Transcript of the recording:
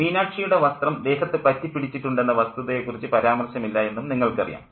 മീനാക്ഷിയുടെ വസ്ത്രം ദേഹത്ത് പറ്റിപ്പിടിച്ചിട്ടുണ്ടെന്ന വസ്തുതയെക്കുറിച്ച് പരാമർശമില്ല എന്നും നിങ്ങൾക്കറിയാം